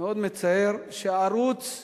מאוד מצער שערוץ מכובד,